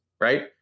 right